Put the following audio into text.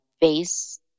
base